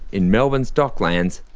in melbourne's docklands,